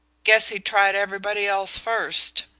guess he'd tried everybody else first.